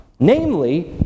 Namely